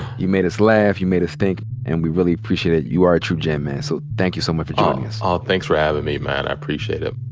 you made us laugh, you made us think, and we really appreciate it. you are a true gem, man. so thank you so much for joining us. oh, thanks for having me, man. i appreciate it.